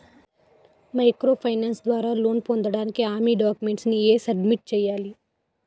Micro finance ద్వారా loan పొందటానికి హామీ డాక్యుమెంట్స్ ఎం సబ్మిట్ చేయాలి?